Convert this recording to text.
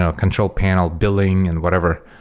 ah control panel, building and whatever.